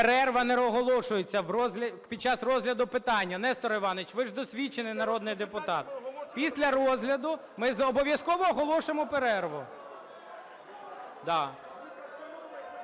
Перерва не оголошується під час розгляду питання. Нестор Іванович, ви ж досвідчений народний депутат. Після розгляду ми обов'язково оголосимо перерву.